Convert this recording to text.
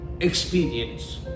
experience